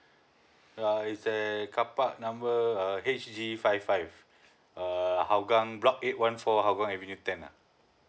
uh is there car park number H G five five err hou gang block eight one four hou gang avenue ten ah